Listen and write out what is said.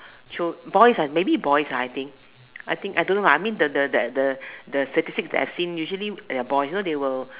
chil~ boys ah maybe boys ah I think I think I don't know lah I mean the the the the the statistics that I've seen usually are boys you know they will